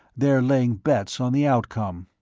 they're laying bets on the outcome.